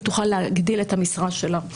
היא תוכל להגדיל את המשרה שלה,